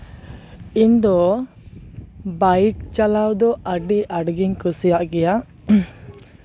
ᱤᱧ ᱫᱚ ᱵᱟᱭᱤᱠ ᱪᱟᱞᱟᱣ ᱫᱚ ᱟᱹᱰᱤ ᱟᱸᱴ ᱜᱤᱧ ᱠᱩᱥᱤᱭᱟᱜ ᱜᱮᱭᱟ